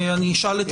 אני אשאל את